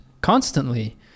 constantly